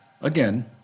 Again